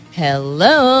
hello